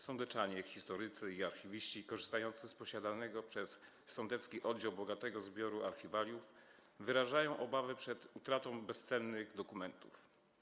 Sądeczanie, historycy i archiwiści korzystający z posiadanego przez sądecki oddział bogatego zbioru archiwaliów wyrażają obawę przed utratą bezcennych dokumentów.